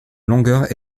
longueur